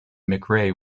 mcrae